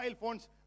phones